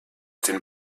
den